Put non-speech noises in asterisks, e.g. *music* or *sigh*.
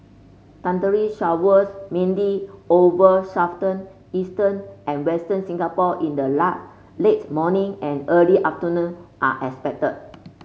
thundery showers mainly over southern eastern and western Singapore in the *unintelligible* late morning and early afternoon are expected